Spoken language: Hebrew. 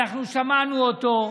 אנחנו שמענו אותו.